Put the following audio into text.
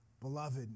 Beloved